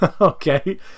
okay